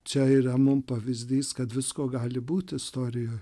čia yra mum pavyzdys kad visko gali būti istorijoj